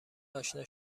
اشنا